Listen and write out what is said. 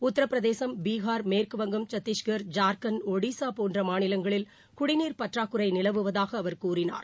உத்தாப் பிரதேசம் பீகார் மேற்குவங்கம் சத்தீஷ்கர் ஜார்க்கண்ட் ஒடிசாபோன்றமாநிலங்களில் குடிநீர் பற்றாக்குறைநிலவுவதாகஅவர் கூறினார்